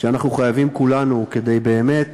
שאנחנו חייבים, כולנו, כדי באמת